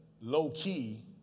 low-key